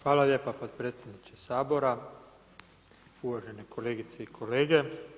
Hvala lijepa potpredsjedniče Sabora, uvažene kolegice i kolege.